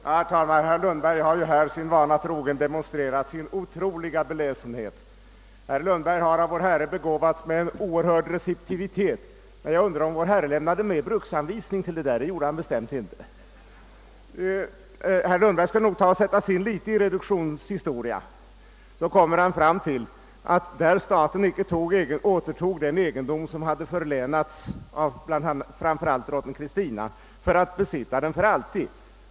Herr talman! Herr Lundberg har här sin vana trogen demonstrerat sin otroliga beläsenhet. Herr Lundberg har av vår Herre begåvats med en oerhörd receptivitet. Men jag undrar om vår Herre lämnade med någon bruksanvisning. Det gjorde han bestämt inte. Om herr Lundberg tar och sätter sig in litet grand i reduktionens historia så kommer han att finna att staten icke återtog den egendom som hade förlänats av framför allt drottning Kristina i avsikt att besitta den för alltid.